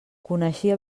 coneixia